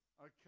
Okay